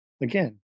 again